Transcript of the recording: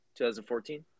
2014